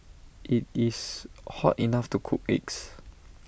IT is hot enough to cook eggs